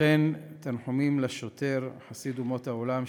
וכן תנחומים לשוטר, חסיד אומות העולם,